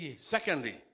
Secondly